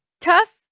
tough